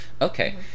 Okay